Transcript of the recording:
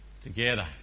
together